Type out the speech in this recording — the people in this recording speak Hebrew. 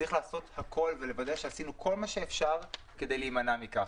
צריך לעשות הכול ולוודא שעשינו כל מה שאפשר כדי להימנע מסגירה.